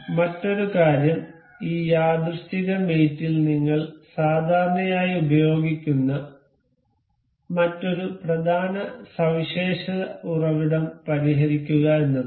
മറ്റൊരു കാര്യം ഈ യാദൃശ്ചിക മേറ്റ് ൽ നിങ്ങൾ സാധാരണയായി ഉപയോഗിക്കുന്ന മറ്റൊരു പ്രധാന സവിശേഷത ഉറവിടം പരിഹരിക്കുക എന്നതാണ്